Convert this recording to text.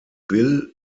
bill